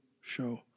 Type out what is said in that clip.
show